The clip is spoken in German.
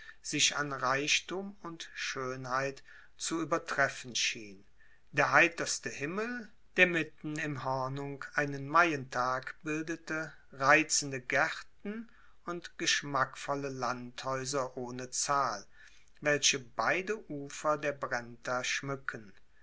sich an reichtum und schönheit zu übertreffen schien der heiterste himmel der mitten im hornung einen maientag bildete reizende gärten und geschmackvolle landhäuser ohne zahl welche beide ufer der brenta schmücken